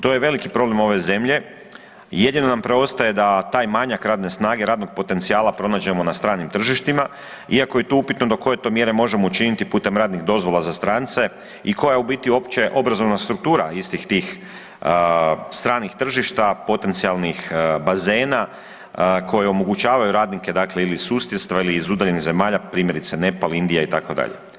To je veliki problem ove zemlje i jedino nam preostaje da taj manjak radne snage radnog potencijala pronađemo na stranim tržištima, iako je to upitno do koje to mjere možemo učiniti putem radnih dozvola za strance i koja je u biti uopće obrazovna struktura istih tih stranih tržišta potencijalnih bazena koji omogućavaju radnike dakle ili iz susjedstva ili iz udaljenih zemalja primjerice Nepal, Indija itd.